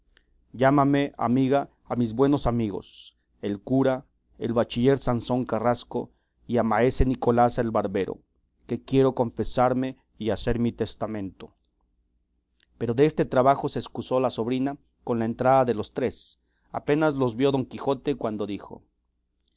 amiga a mis buenos amigos el cura al bachiller sansón carrasco y a maese nicolás el barbero que quiero confesarme y hacer mi testamento pero de este trabajo se escusó la sobrina con la entrada de los tres apenas los vio don quijote cuando dijo